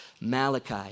Malachi